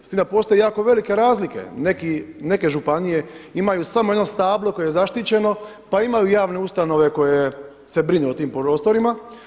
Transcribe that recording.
S time da postoje jako velike razlike, neke županije imaju samo jedno stablo koje je zaštićeno, pa imaju javne ustanove koje se brinu o tim prostorima.